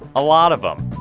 a lot of them.